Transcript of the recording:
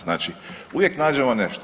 Znači uvijek nađemo nešto.